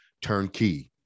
turnkey